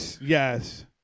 yes